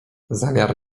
zamiar